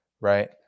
right